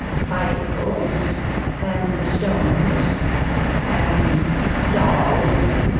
bicycles and stones and dolls,